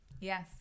yes